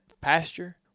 pasture